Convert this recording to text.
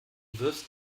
wirfst